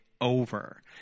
over